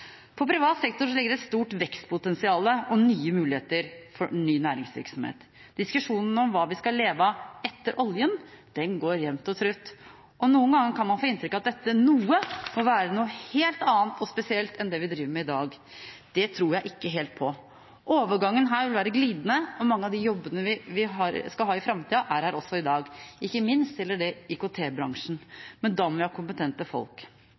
privat sektor ligger et stort vekstpotensial og nye muligheter for ny næringsvirksomhet. Diskusjonen om hva vi skal leve av etter oljen, går jevnt og trutt. Noen ganger kan man få inntrykk av at dette «noe» må være noe helt annet og spesielt enn det vi driver med i dag. Det tror jeg ikke helt på. Overgangen her vil være glidende, og mange av de jobbene vi skal ha i framtida, er her også i dag. Ikke minst gjelder det IKT-bransjen. Men da må vi ha kompetente folk.